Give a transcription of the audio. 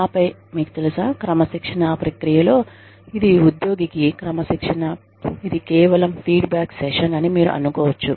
ఆపై మీకు తెలుసా క్రమశిక్షణా ప్రక్రియలో ఇది ఉద్యోగికి క్రమశిక్షణ ఇది కేవలం ఫీడ్ బ్యాక్ సెషన్ అని మీరు అనుకోవచ్చు